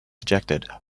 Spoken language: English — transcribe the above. ejected